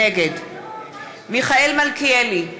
נגד מיכאל מלכיאלי,